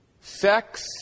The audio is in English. sex